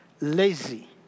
lazy